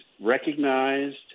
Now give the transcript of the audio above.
recognized